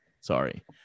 Sorry